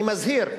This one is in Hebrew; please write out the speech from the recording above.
אני מזהיר,